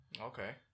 Okay